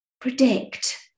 predict